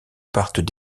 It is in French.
partent